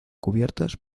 cubiertas